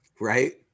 Right